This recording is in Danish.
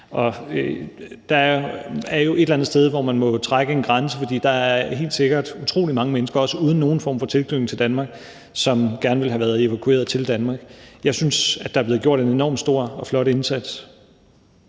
Der er jo et eller andet sted, hvor man må trække en grænse, for der er helt sikkert utrolig mange mennesker, også uden nogen form for tilknytning til Danmark, som gerne ville have været evakueret til Danmark. Jeg synes, der er blevet gjort en enormt stor og flot indsats.